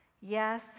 yes